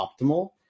optimal